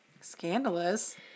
Scandalous